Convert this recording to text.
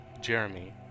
Jeremy